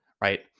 right